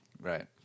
right